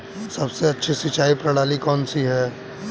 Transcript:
सबसे अच्छी सिंचाई प्रणाली कौन सी है?